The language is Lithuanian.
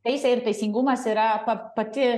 teisė ir teisingumas yra pa pati